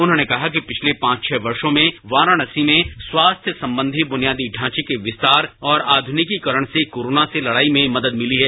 उन्होंने कहा कि पिछले पांच छह वर्षों में वाराणसी में स्वास्थ्य संबंधी बुनियादी ढांचे के विस्तार और आधुनिकीकरण से कोरोना से लक्षाई में मदद मिली है